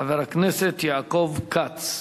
חבר הכנסת יעקב כץ.